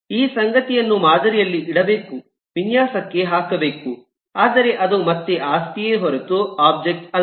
ಈ ಸಂಗತಿಯನ್ನು ಮಾದರಿಯಲ್ಲಿ ಇಡಬೇಕು ವಿನ್ಯಾಸಕ್ಕೆ ಹಾಕಬೇಕು ಆದರೆ ಅದು ಮತ್ತೆ ಆಸ್ತಿಯೇ ಹೊರತು ಒಬ್ಜೆಕ್ಟ್ ಅಲ್ಲ